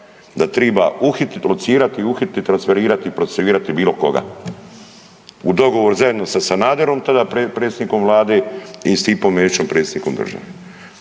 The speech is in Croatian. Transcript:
da triba uhititi, locirati i uhititi i transferirati i procesuirati bilo koga. U dogovoru zajedno sa Sanaderom, tada predsjednikom Vlade i Stipom Mesićem predsjednikom države.